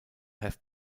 have